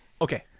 Okay